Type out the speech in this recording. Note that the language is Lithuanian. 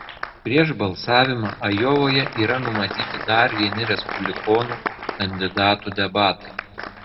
prieš balsavimą ajovoje yra numatyti dar vieni respublikonų kandidatų debatai